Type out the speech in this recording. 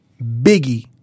Biggie